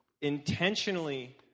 intentionally